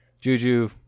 Juju